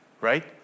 right